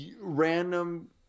random